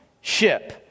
ship